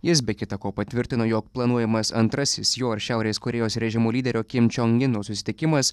jis be kita ko patvirtino jog planuojamas antrasis jo ir šiaurės korėjos režimo lyderio kim čio ino susitikimas